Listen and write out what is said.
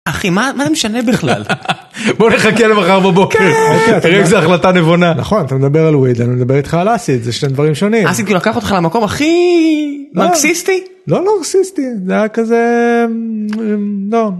אחי מה זה משנה בכלל בוא נחכה למחר בבוקר החלטה נבונה נכון אתה מדבר על וויידלנד מדבר איתך על אסית זה שני דברים שונים אסית לקח אותך למקום הכי מרקסיסטי לא לא מרקסיסטי זה היה כזה, כזה לא.